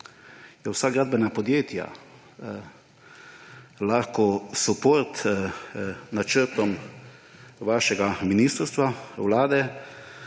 vsa gradbena podjetja lahko suport načrtom vašega ministrstva, Vlade,